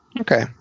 Okay